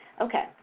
Okay